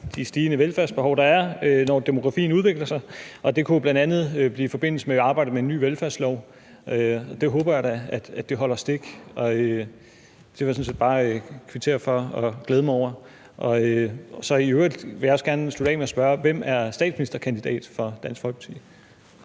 de stigende velfærdsbehov, der vil komme, når demografien udvikler sig, og at det bl.a. kunne blive i forbindelse med arbejdet med en ny velfærdslov. Det håber jeg da holder stik. Det vil jeg sådan set bare kvittere for og glæde mig over. I øvrigt vil jeg gerne slutte af med at spørge: Hvem er statsministerkandidat for Dansk Folkeparti?